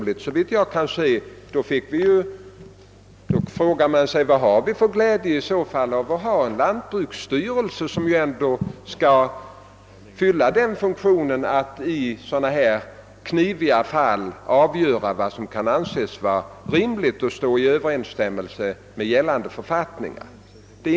I så fall kunde man fråga sig vad vi har för glädje av en lantbruksstyrelse, som ändå i dylika kniviga fall skall avgöra vad som kan anses vara rimligt och stå i överensstämmelse med gällande författningar.